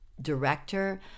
director